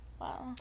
Wow